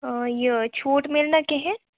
آ یہِ چھوٗٹ میلہِ نا کِہیٖنٛۍ